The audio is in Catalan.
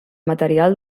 material